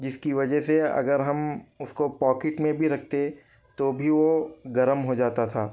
جس کی وجہ سے اگر ہم اس کو پاکٹ میں بھی رکھتے تو بھی وہ گرم ہو جاتا تھا